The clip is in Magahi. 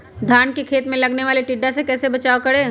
धान के खेत मे लगने वाले टिड्डा से कैसे बचाओ करें?